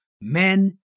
men